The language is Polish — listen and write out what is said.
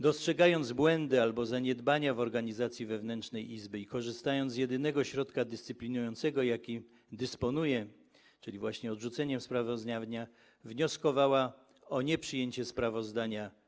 Dostrzegając błędy albo zaniedbania w organizacji wewnętrznej Izby i korzystając z jedynego środka dyscyplinującego, jakim dysponuje, czyli właśnie możliwości odrzucenia sprawozdania, wcześniej wnioskowała o nieprzyjęcie sprawozdania.